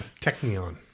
technion